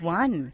one